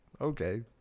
okay